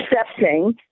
accepting